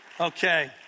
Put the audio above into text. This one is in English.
Okay